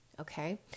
Okay